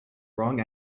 wrong